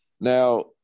Now